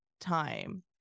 time